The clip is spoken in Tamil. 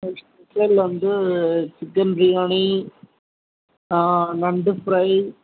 அது ஸ்பெஷல் வந்து சிக்கன் பிரியாணி நண்டு ஃப்ரை